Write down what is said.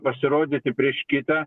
pasirodyti prieš kitą